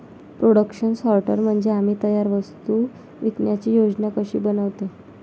production sorter म्हणजे आम्ही तयार वस्तू विकण्याची योजना कशी बनवतो